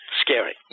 scary